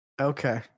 Okay